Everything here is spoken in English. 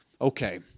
Okay